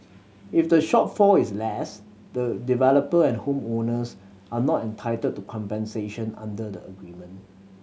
if the shortfall is less the developer and home owners are not entitled to compensation under the agreement